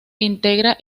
integra